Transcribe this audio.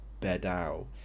Bedau